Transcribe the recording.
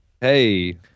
Hey